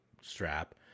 strap